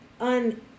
on